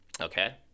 okay